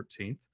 14th